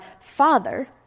father